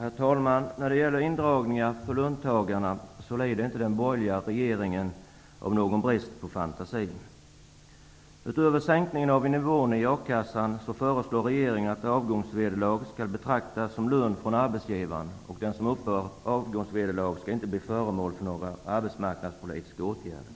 Herr talman! När det gäller indragningar för löntagarna lider inte den borgerliga regeringen av någon brist på fantasi. Utöver sänkningen av nivån i a-kassan så föreslår regeringen att avgångsvederlag skall räknas som lön från arbetsgivaren. Den som fått detta skall inte kunna bli föremål för arbetsmarknadspolitiska åtgärder.